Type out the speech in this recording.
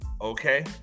Okay